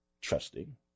trusting